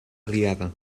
aliada